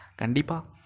Kandipa